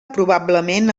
probablement